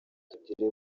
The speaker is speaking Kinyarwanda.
tugire